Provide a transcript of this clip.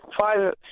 five